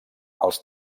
els